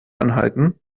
anhalten